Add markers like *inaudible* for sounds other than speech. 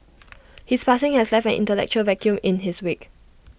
*noise* his passing has left an intellectual vacuum in his wake